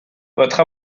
votre